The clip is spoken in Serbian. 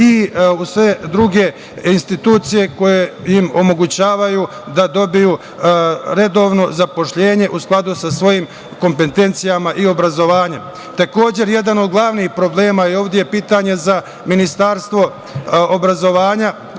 u sve druge institucije koje im omogućavaju da dobiju redovno zaposlenje u skladu sa svojom kompetencijama i obrazovanjem. Takođe, jedan od glavnih problema je pitanje za Ministarstvo obrazovanja.